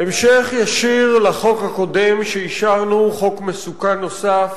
בהמשך ישיר לחוק הקודם שאישרנו, חוק מסוכן נוסף,